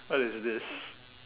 what is this